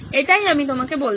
এটাই আমি আপনাকে বলছি